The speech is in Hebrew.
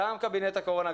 גם קבינט הקורונה,